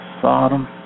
Sodom